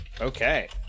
Okay